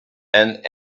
and